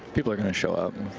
people are going to show up,